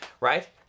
right